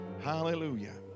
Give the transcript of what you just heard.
hallelujah